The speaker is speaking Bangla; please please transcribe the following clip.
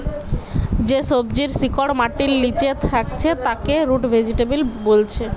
যে সবজির শিকড় মাটির লিচে থাকছে তাকে রুট ভেজিটেবল বোলছে